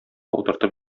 утыртып